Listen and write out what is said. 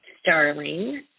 Starling